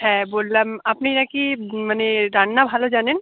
হ্যাঁ বললাম আপনি না কি মানে রান্না ভালো জানেন